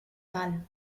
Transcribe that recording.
cal